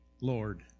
Lord